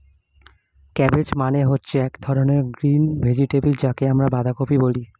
cabbage মানে হচ্ছে এক ধরনের গ্রিন ভেজিটেবল যাকে আমরা বাঁধাকপি বলি